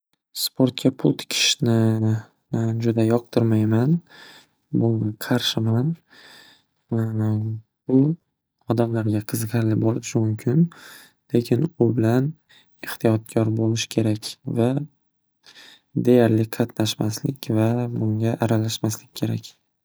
Sportga pul tikishni juda yoqtirmayman, buna qarshiman. Bu odamlarga qiziqarli bo'lishi mumkin, lekin u bilan ehtiyotkor bo'lish kerak va deyarli qatnashmaslik va bunga aralashmaslik kerak.